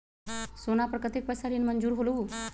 सोना पर कतेक पैसा ऋण मंजूर होलहु?